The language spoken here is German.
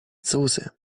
soße